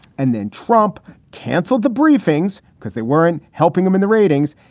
and then trump canceled the briefings because they weren't helping them in the ratings.